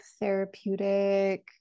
therapeutic